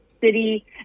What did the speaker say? city